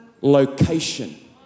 location